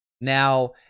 Now